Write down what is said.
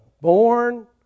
born